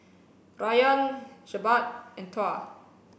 Rayyan Jebat and Tuah